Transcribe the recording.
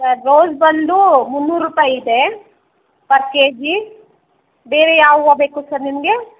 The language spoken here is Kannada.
ಸರ್ ರೋಸ್ ಬಂದು ಮುನ್ನೂರು ರೂಪಾಯಿ ಇದೆ ಪರ್ ಕೆ ಜಿ ಬೇರೆ ಯಾವ ಹೂವು ಬೇಕು ಸರ್ ನಿಮಗೆ